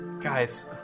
Guys